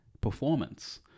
performance